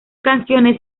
canciones